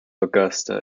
augusta